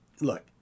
Look